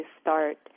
start